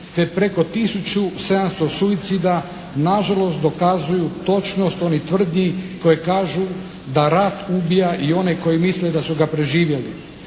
te preko tisuću 700 suicida nažalost dokazuju točnost onih tvrdnji da kažu da rat ubija i one koji misle da su ga preživjeli.